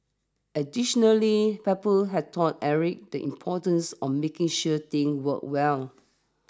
additionally Pebble had taught Eric the importance of making sure things worked well